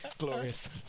Glorious